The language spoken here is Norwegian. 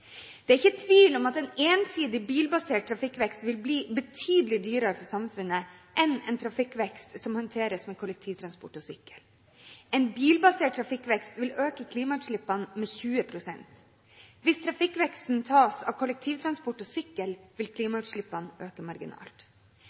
Det er ikke tvil om at en ensidig bilbasert trafikkvekst vil bli betydelig dyrere for samfunnet enn en trafikkvekst som håndteres med kollektivtransport og sykkel. En bilbasert trafikkvekst vil øke klimautslippene med 20 pst. Hvis trafikkveksten skjer ved kollektivtransport og sykkel, vil klimautslippene øke marginalt.